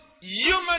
human